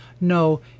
No